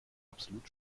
absolut